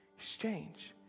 Exchange